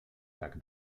tak